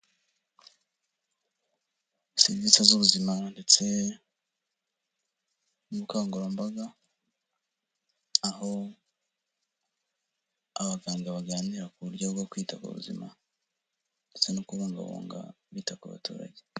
Serivise z'ubuzima ndetse n'ubukangurambaga. Aho abaganga baganira ku buryo bwo kwita ku buzima ndetse no kubungabunga bita ku baturage.